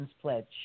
pledge